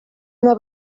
una